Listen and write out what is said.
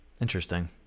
Interesting